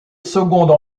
seconde